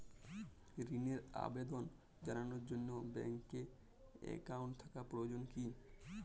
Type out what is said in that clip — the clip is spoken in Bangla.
ঋণের আবেদন জানানোর জন্য ব্যাঙ্কে অ্যাকাউন্ট থাকা প্রয়োজন কী?